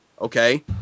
Okay